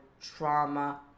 trauma